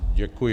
Děkuji.